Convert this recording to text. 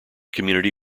community